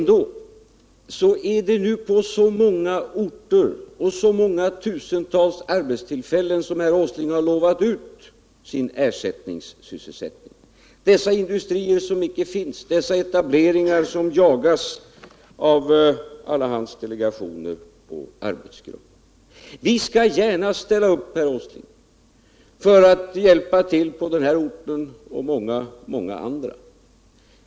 Det är bara det att herr Åsling har utlovat så många tusentals arbetstillfällen i ersättningssysselsättning på så många orter, och det handlar hela tiden om dessa industrier som inte finns, dessa etableringar som jagas av alla hans delegationer och arbetsgrupper. Vi skall gärna ställa upp, herr Åsling, när det gäller den här orten och många andra.